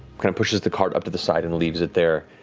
kind of pushes the cart up to the side and leaves it there.